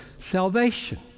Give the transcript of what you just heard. salvation